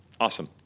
Awesome